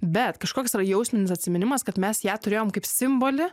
bet kažkoks yra jausminis atsiminimas kad mes ją turėjom kaip simbolį